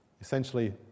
essentially